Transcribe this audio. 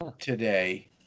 today